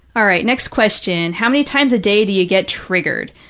all right, next question, how many times a day do you get triggered?